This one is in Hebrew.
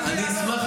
אני אשמח,